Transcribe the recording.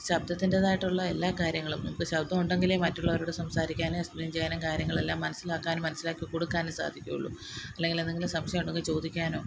ശബ്ദത്തിൻ്റെതായിട്ടുള്ള എല്ലാ കാര്യങ്ങളും ശബ്ദം ഉണ്ടങ്കിലേ മറ്റുള്ളവരോട് സംസാരിക്കാൻ എക്സ്പ്ലൈൻ ചെയ്യാനും കാര്യങ്ങളാണ് മനസ്സിലാക്കാനും മനസ്സിലാക്കി കൊടുക്കാനും സാധിക്കുകയുള്ളു അല്ലെങ്കിൽ എന്തെങ്കിലും സംശയമുണ്ടോ എന്ന് ചോദിക്കാനോ